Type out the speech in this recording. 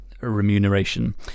remuneration